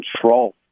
control